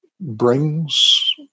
brings